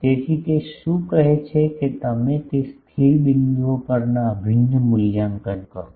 તેથી તે શું કહે છે કે તમે તે સ્થિર બિંદુઓ પરના અભિન્ન મૂલ્યાંકન કરો